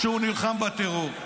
שנלחם בטרור.